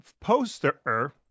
poster